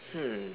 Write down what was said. hmm